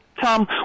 Tom